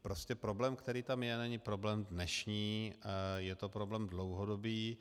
Prostě problém, který tam je, není problém dnešní, je to problém dlouhodobý.